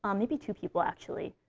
um maybe two people, actually.